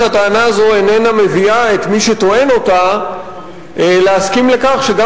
הטענה הזו איננה מביאה את מי שטוען אותה להסכים לכך שגם